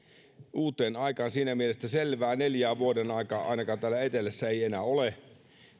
uuteen aikaan siinä mielessä että selvää neljää vuodenaikaa ainakaan täällä etelässä ei enää ole